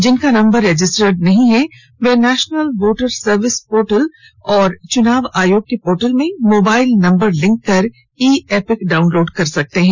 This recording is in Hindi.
जिनका नंबर रजिस्टर्ड नहीं है वे नेशनल वोटर सर्विस पोर्टल और चुनाव आयोग के पोर्टल में मोबाइल नंबर लिंक कर ई इपीक डाउनलोड कर सकते हैं